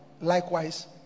likewise